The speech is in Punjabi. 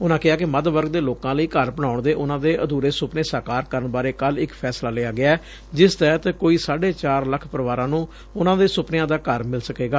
ਉਨਾਂ ਕਿਹਾ ਕਿ ਮੱਧ ਵਰਗ ਦੇ ਲੋਕਾਂ ਲਈ ਘਰ ਬਣਾਉਣ ਦੇ ਉਨ੍ਹਾਂ ਦੇ ਅਧੁਰੇ ਸੁਪਨੇ ਸਾਕਾਰ ਕਰਨ ਬਾਰੇ ਕਲ੍ਹ ਇਕ ਫੈਸਲਾ ਲਿਆ ਗੈ ਜਿਸ ਤਹਿਤ ਕੋਈ ਸਾਢੇ ਚਾਰ ਲੱਖ ਪਰਿਵਾਰਾਂ ਨੂੰ ਉਨੂਂ ਦੇ ਸੁਪਨਿਆਂ ਦਾ ਘਰ ਮਿਲ ਸਕੇਗਾ